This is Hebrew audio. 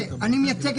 מה זה בחודש נוסף?